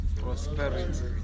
Prosperity